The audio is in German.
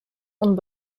und